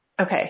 Okay